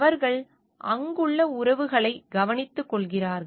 அவர்கள் அங்குள்ள உறவுகளை கவனித்துக்கொள்கிறார்கள்